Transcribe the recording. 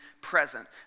present